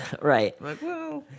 right